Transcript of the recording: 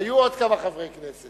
היו עוד כמה חברי כנסת.